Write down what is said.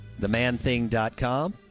themanthing.com